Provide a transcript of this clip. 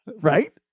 right